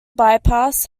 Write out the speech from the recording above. bypass